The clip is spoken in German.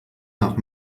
nach